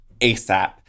ASAP